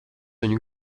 viņu